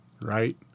right